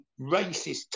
racist